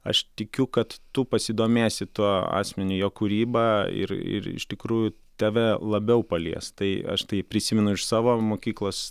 aš tikiu kad tu pasidomėsi tuo asmeniu jo kūryba ir ir iš tikrųjų tave labiau palies tai aš tai prisimenu iš savo mokyklos